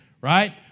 Right